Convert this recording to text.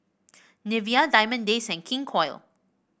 Nivea Diamond Days and King Koil